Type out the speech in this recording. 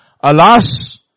alas